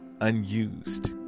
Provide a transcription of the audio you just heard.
unused